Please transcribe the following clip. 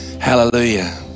Hallelujah